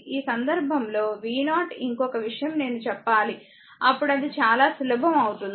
ఈ సందర్భంలో v0 ఇంకొక విషయం నేను చెప్పాలి అప్పుడు అది చాలా సులభం అవుతుంది